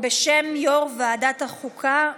בשם יושב-ראש ועדת החוקה,